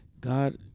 God